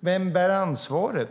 Vem bär ansvaret?